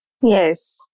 Yes